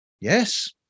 Yes